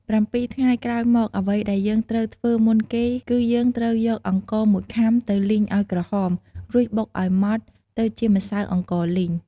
៧ថ្ងៃក្រោយមក អ្វីដែលយើងត្រូវធ្វើមុនគេ គឺយើងត្រូវយកអង្ករមួយខំា ទៅលីងឱ្យក្រហម រួចបុកឱ្យម៉ដ្ដទៅជាម្សៅអង្ករលីង។